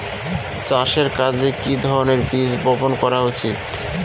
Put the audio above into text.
চাষের কাজে কি ধরনের বীজ বপন করা উচিৎ?